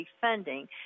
funding